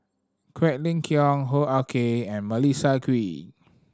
Quek Ling Kiong Hoo Ah Kay and Melissa Kwee